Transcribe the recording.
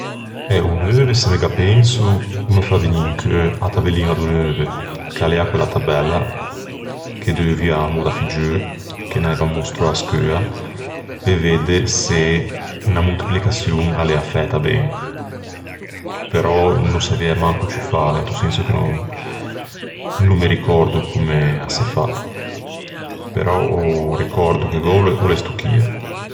Eh, o neuve se me gh'appenso o me fa vegnî in cheu a tabelliña do neuve, ch'a l'ea quella tabella che deuviamo da figgeu, che n'aivan mostrou a-a scheua, pe vedde se unna moltiplicaçion a l'ea fæta. Però no saviæ manco ciù fâla, into senso che no- no me ricòrdo comme a se fa. Però o ricòrdo che gh'ò o l'é sto chie.